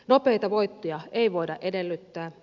nopeita voittoja ei voida edellyttää